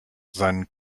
seinen